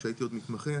כשהייתי עוד מתמחה,